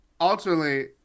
ultimately